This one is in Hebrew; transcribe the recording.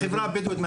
החברה הבדואית,